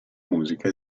musica